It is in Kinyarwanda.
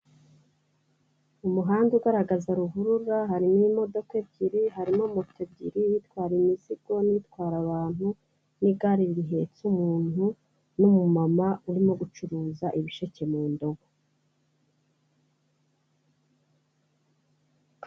Umuhanda ugaragaza ruhurura, harimo imodoka ebyiri, harimo moto ebyiri itwara imizigo n'itwara abantu n'igare rihetse umuntu n'umumama urimo gucuruza ibisheke mu ndobo.